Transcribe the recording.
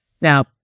Now